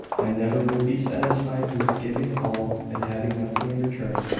i never will be satisfied with giving all, and having nothing in return.